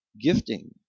gifting